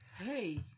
Hey